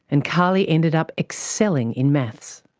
and karlie ended up excelling in maths.